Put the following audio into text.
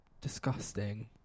disgusting